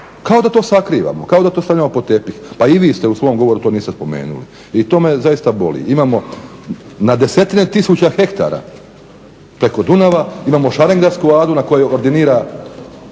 Kao da to sakrivamo, kao da to stavljamo pod tepih. Pa i vi ste u svom govoru, to niste spomenuli, i to me zaista boli. Imamo na desetine tisuća hektara preko Dunava imamo šarengradsku adu na koju ordinira